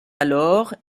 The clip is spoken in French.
alors